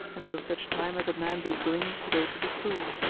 until such time as a man be willing to go to the stool.